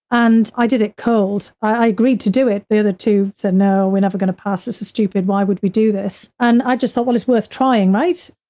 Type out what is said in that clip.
and i did it cold, i agreed to do it. the other two said, no, we're never going to pass. this is stupid. why would we do this? and i just thought, well, it's worth trying, right?